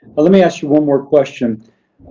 but let me ask you one more question.